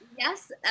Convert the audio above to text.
Yes